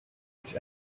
its